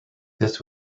this